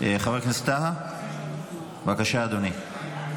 חבר הכנסת טאהא, בבקשה, אדוני.